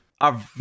are-